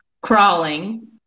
crawling